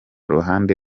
ruhande